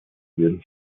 würden